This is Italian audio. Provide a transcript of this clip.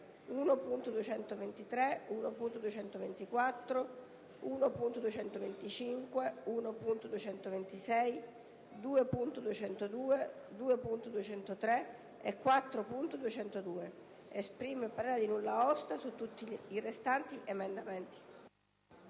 1.223, 1.224, 1.225, 1.226, 2.202, 2.203 e 4.202. Esprime parere di nulla osta su tutti i restanti emendamenti».